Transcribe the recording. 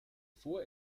vor